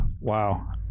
Wow